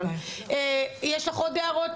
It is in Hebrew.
יש לך עוד הערות?